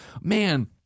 man